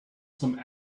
some